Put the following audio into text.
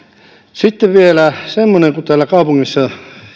sitten vielä semmoinen että kun täällä kaupungissa